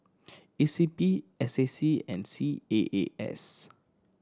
E C P S A C and C A A S